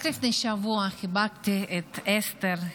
רק לפני שבוע חיבקתי את אסתר,